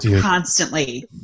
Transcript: constantly